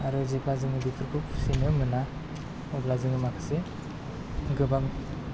आरो जेब्ला जोङो बेफोरखौ फिसिनो मोना अब्ला जोङो माखासे गोबां